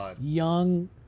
young